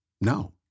no